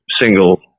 single